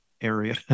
area